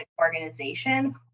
organization